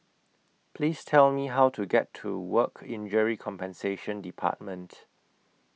Please Tell Me How to get to Work Injury Compensation department